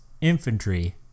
infantry